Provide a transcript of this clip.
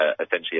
essentially